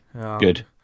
Good